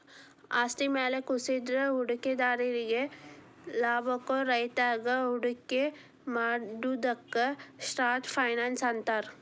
ಆಸ್ತಿ ಮೌಲ್ಯ ಕುಸದ್ರ ಹೂಡಿಕೆದಾರ್ರಿಗಿ ಲಾಭಾಗೋ ರೇತ್ಯಾಗ ಹೂಡಿಕೆ ಮಾಡುದಕ್ಕ ಶಾರ್ಟ್ ಫೈನಾನ್ಸ್ ಅಂತಾರ